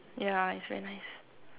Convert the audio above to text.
yeah it's very nice